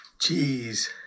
jeez